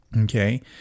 okay